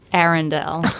aaron dale,